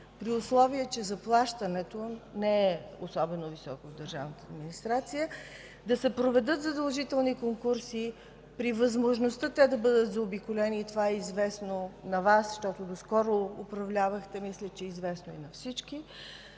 в държавната администрация не е особено високо, да се проведат задължителни конкурси, при възможността те да бъдат заобиколени – това е известно на Вас, защото доскоро управлявахте, а мисля, че е известно и на всички,